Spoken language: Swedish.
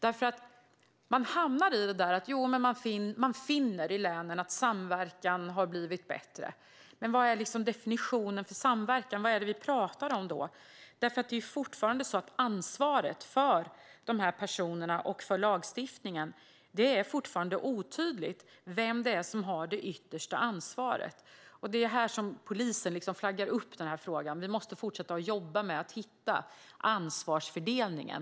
Man hamnar nämligen i det där att man finner att samverkan i länen har blivit bättre, men vad är definitionen av "samverkan"? Vad är det vi pratar om? Det är nämligen fortfarande så att det är otydligt i lagstiftningen vem som har det yttersta ansvaret för de här personerna. Det är här polisen flaggar upp frågan. Vi måste fortsätta jobba med att hitta ansvarsfördelningen.